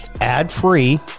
ad-free